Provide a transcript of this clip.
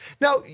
Now